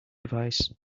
advise